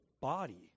body